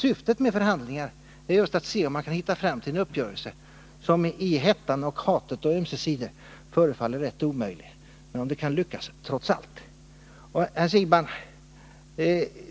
Syftet med förhandlingar är just att se om man kan nå fram till en uppgörelse, som i hettan och hatet på ömse sidor förefaller rätt omöjlig men som kanske kan lyckas, trots allt. Herr Siegbahn!